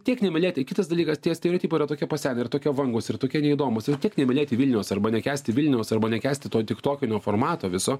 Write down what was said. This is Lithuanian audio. tiek nemylėti kitas dalykas tie stereotipai yra tokie pasenę ir tokie vangūs ir tokie neįdomūs jau tiek nemylėti vilniaus arba nekęsti vilniaus arba nekęsti to tiktokinio formato viso